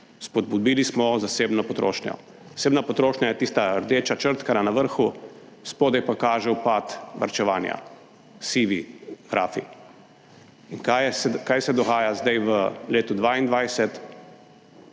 spodbudili smo zasebno potrošnjo. Zasebna potrošnja je tista rdeča črtkana na vrhu, spodaj pa kaže upad varčevanja sivi graf. Kaj se dogaja zdaj, v letu 2022?